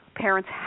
Parents